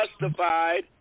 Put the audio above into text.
justified